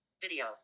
Video